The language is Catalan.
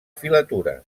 filatura